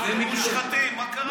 הם מושחתים, מה קרה לך?